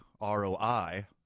R-O-I